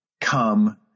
come